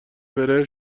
بره